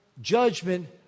judgment